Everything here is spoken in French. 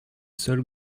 seuls